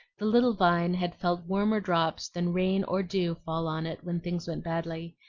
the little vine had felt warmer drops than rain or dew fall on it when things went badly,